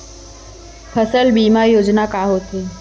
फसल बीमा योजना का होथे?